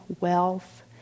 wealth